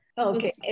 Okay